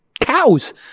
cows